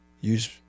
use